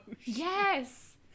Yes